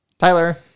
Tyler